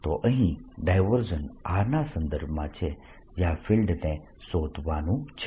તો અહીં divergence r ના સંદર્ભમાં છે જયાં ફિલ્ડને શોધવાનું છે